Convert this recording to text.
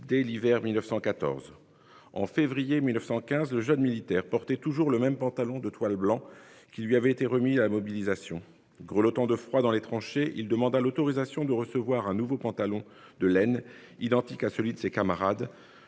dès l'hiver 1914. En février 1915, le jeune militaire. Toujours le même pantalon de toile et blanc qui lui avait été remis à la mobilisation grelottant de froid dans les tranchées, il demanda l'autorisation de recevoir un nouveau pantalon de laine identique à celui de ses camarades